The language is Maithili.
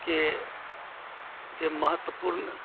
के जे महत्वपूर्ण